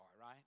right